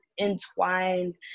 entwined